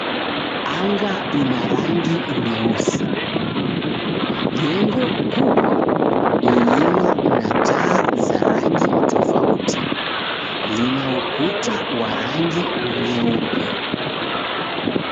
Anga ina rangi nyeusi. Jengo kubwa lililo na taa za rangi tofauti lina ukuta wa rangi nyeupe.